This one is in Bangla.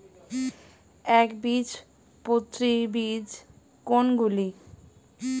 একবীজপত্রী বীজ কোন গুলি?